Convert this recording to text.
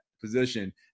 position